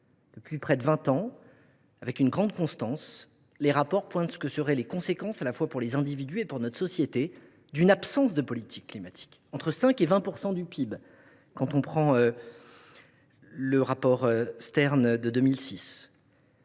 Depuis près de vingt ans, avec une grande constance, les rapports pointent ce que seraient les conséquences à la fois pour les individus et pour notre société d’une absence de politique climatique : selon le rapport Stern de 2006,